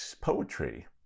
poetry